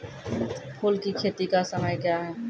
फुल की खेती का समय क्या हैं?